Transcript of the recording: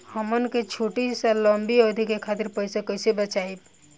हमन के छोटी या लंबी अवधि के खातिर पैसा कैसे बचाइब?